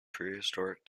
prehistoric